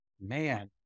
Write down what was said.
Man